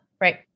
Right